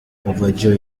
overjoyed